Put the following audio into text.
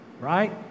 right